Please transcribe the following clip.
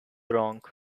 wrong